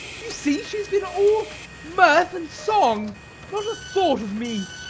you see she has been all mirth and song not a thought of me!